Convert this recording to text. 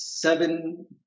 seven